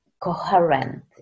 coherent